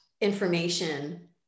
information